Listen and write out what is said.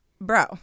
bro